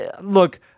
look